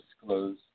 disclose